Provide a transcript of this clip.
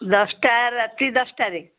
ଦଶଟା ରାତି ଦଶଟାରେ